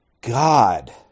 God